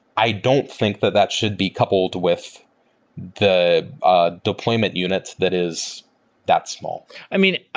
i don't think that that should be coupled with the ah deployment units that is that small i mean,